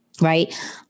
right